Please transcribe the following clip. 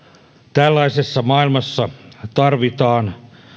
tällaisessa maailmassa tarvitaan